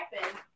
happen